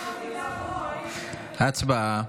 הצבעה.